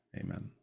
Amen